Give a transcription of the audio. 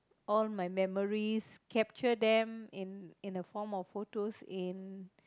all my memories capture them in in the form of photos in